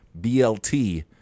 BLT